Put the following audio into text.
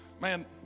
man